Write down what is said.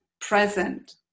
present